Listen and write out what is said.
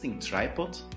Tripod